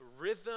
rhythm